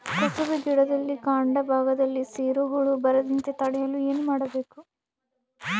ಕುಸುಬಿ ಗಿಡದ ಕಾಂಡ ಭಾಗದಲ್ಲಿ ಸೀರು ಹುಳು ಬರದಂತೆ ತಡೆಯಲು ಏನ್ ಮಾಡಬೇಕು?